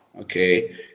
okay